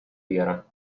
بیارم